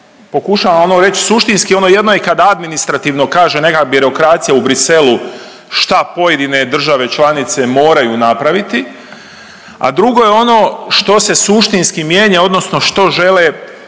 Pokušavam ono reć suštinski, ono jedno je kad administrativno kaže neka birokracija u Bruxellesu šta pojedine države članice moraju napraviti, a drugo je ono što se suštinski mijenja odnosno što žele,